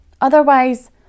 Otherwise